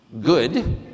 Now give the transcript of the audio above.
good